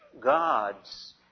God's